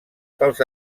pels